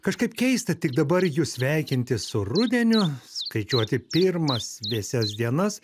kažkaip keista tik dabar jus sveikinti su rudeniu skaičiuoti pirmas vėsias dienas